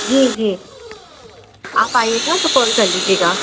जी जी आप आइएगा तो कॉल कर लीजिएगा